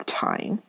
time